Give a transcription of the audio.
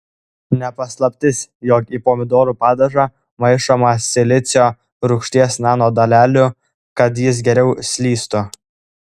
ne paslaptis jog į pomidorų padažą maišoma silicio rūgšties nanodalelių kad jis geriau slystų